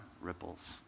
ripples